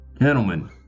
Gentlemen